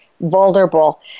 vulnerable